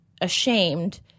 ashamed